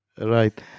Right